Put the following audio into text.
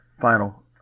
final